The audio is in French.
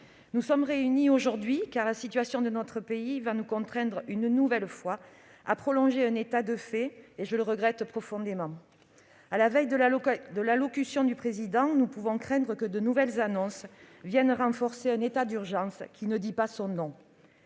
nous sommes réunis aujourd'hui car la situation de notre pays va nous contraindre, une nouvelle fois, à prolonger un état de fait, ce que je regrette profondément. À la veille de l'allocution du Président de la République, nous pouvons craindre que de nouvelles annonces ne viennent renforcer un état d'urgence qui ne dit pas son nom.